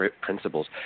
principles